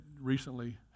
recently